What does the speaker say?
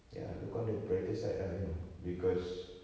ya look on the brighter side lah you know because